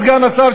סגן השר,